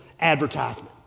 advertisement